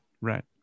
right